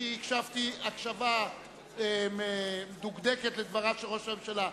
אני הקשבתי הקשבה מדוקדקת לדבריו של ראש הממשלה.